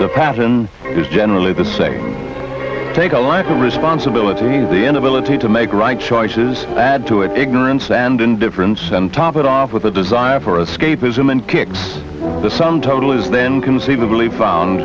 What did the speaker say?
the pattern is generally the same take a lack of responsibility the inability to make right choices add to it ignorance and indifference and top it off with a desire for a scape ism and kicks the sum total is then conceivably found